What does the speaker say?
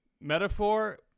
metaphor